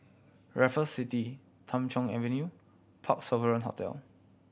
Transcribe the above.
Raffles City Tham Soong Avenue Parc Sovereign Hotel